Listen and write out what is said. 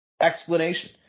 explanation